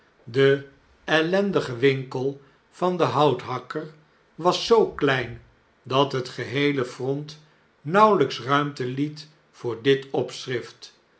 de ellendige winkel van den houthakker was zoo klein dat het geheele front nauwelijks ruimte het voor dit opschrift